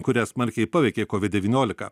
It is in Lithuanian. kurią smarkiai paveikė kovid devyniolika